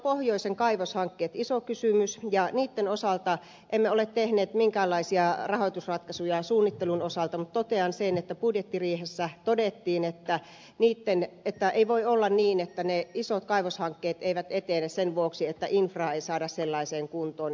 pohjoisen kaivoshankkeet on iso kysymys ja niitten osalta emme ole tehneet minkäänlaisia rahoitusratkaisuja suunnittelun osalta mutta totean sen että budjettiriihessä todettiin että ei voi olla niin että ne isot kaivoshankkeet eivät etene sen vuoksi että infraa ei saada sellaiseen kuntoon